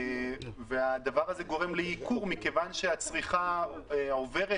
הדבר הזה גורם לייקור מכיוון שהצריכה עוברת